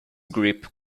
grip